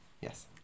yes